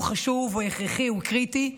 הוא חשוב, הוא הכרחי, הוא קריטי.